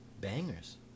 bangers